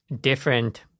different